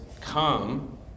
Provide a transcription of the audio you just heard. come